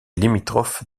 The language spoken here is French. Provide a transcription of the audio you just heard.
limitrophe